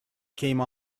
came